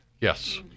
Yes